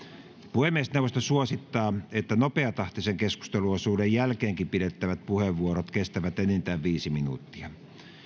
puhemiesneuvosto suosittaa että nopeatahtisen keskusteluosuuden jälkeenkin pidettävät puheenvuorot kestävät enintään viisi minuuttia